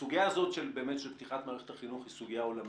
הסוגיה הזאת של פתיחת מערכת החינוך היא סוגיה עולמית.